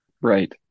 Right